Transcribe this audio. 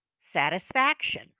satisfaction